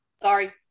Sorry